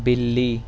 بلی